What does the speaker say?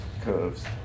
curves